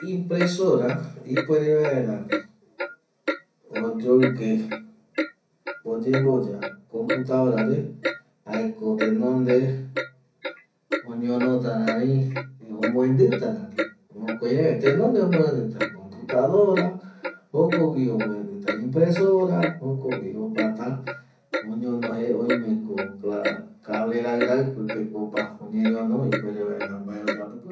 Impresora ipuere vaera oyoike oyemboya komputradorare jaeko tenonde oñonota rari, omoenditarari mokoi reve, tenonde omboedita komputradora jokogui omboendita impresora, jokogui opata oñono jee, oimeko kablerairai pipeko opa oñeñono ipuere vaera mbae oyapo pipe